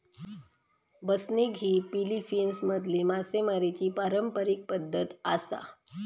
बसनिग ही फिलीपिन्समधली मासेमारीची पारंपारिक पद्धत आसा